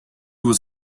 was